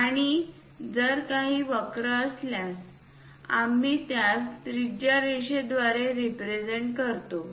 आणि जर काही वक्र असल्यास आम्ही त्यास त्रिज्या रेषेद्वारे रिप्रेझेंट करतो